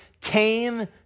tame